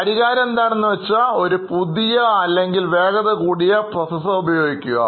പരിഹാരം എന്താണെന്ന് വെച്ചാൽ ഒരു പുതിയ അല്ലെങ്കിൽ വേഗതകൂടിയ പ്രോസസർ ഉപയോഗിക്കുക